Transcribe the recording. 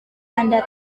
anda